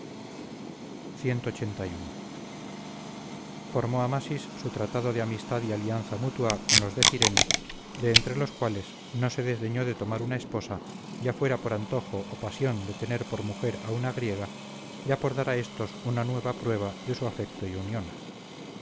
clxxxi formó amasis su tratado de amistad y alianza mutua con los de cirene de entre los cuales no se desdeñó de tomar una esposa ya fuera por antojo o pasión de tener por mujer a una griega ya por dar a estos una nueva prueba de su afecto y unión